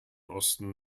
osten